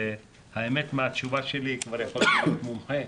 והאמת מהתשובה שלי כבר יכולתי להיות מומחה,